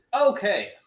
okay